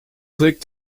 click